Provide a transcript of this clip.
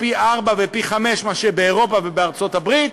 פי-ארבעה ופי-חמישה ממה שבאירופה ובארצות-הברית.